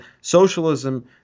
socialism